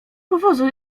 powozu